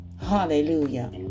Hallelujah